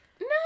no